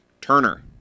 Turner